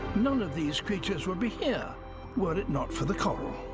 none of these creatures would be here were it not for the coral.